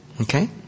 Okay